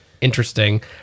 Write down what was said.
interesting